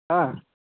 हां